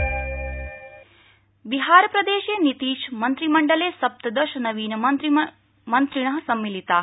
बिहार मन्त्रिमण्डल बिहार प्रदेशे नीतिश मन्त्रिमण्डले सप्तदश नवीन मन्त्रिण सम्मिलिता